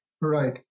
Right